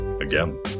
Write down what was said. again